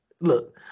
look